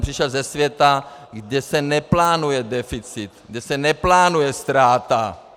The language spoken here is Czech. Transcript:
Přišel jsem ze světa, kde se neplánuje deficit, kde se neplánuje ztráta.